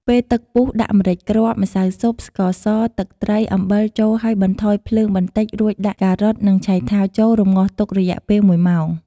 ពេលទឹកពុះដាក់ម្រេចគ្រាប់ ម្សៅស៊ុប ស្ករស ទឹកត្រី អំបិលចូលហើយបន្ថយភ្លើងបន្តិចរួចដាក់ ការ៉ុត និងឆៃថាវចូលរម្ងាស់ទុករយៈពេលមួយម៉ោង។